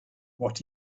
what